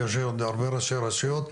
ויש עוד הרבה ראשי רשויות.